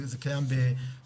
זה קיים בשבדיה,